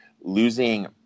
Losing